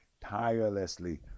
tirelessly